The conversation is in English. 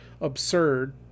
absurd